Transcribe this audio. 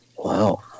Wow